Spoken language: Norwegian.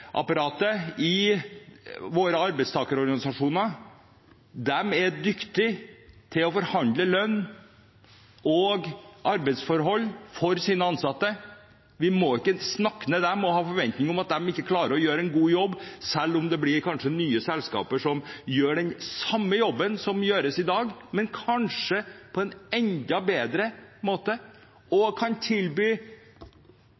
tillitsapparatet i våre arbeidstakerorganisasjoner er at de er dyktige til å forhandle lønns- og arbeidsforhold for sine ansatte. Vi må ikke snakke dem ned og ha forventninger om at de ikke klarer å gjøre en god jobb, selv om det kanskje blir nye selskaper som gjør den samme jobben som gjøres i dag, men kanskje på en enda bedre måte, og